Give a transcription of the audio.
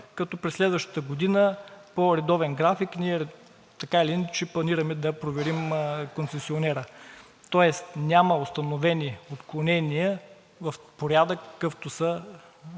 като през следващата година по редовен график, ние така или иначе, планираме да проверим концесионера. Тоест няма установени отклонения в порядък, какъвто са